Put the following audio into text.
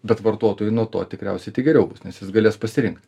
bet vartotojui nuo to tikriausiai tik geriau nes jis galės pasirinkt